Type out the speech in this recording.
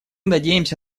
надеемся